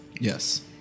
Yes